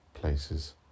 places